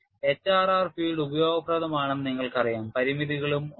HRR field ഉപയോഗപ്രദമാണെന്ന് നിങ്ങൾക്കറിയാം പരിമിതികളും ഉണ്ട്